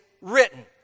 written